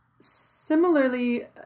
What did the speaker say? similarly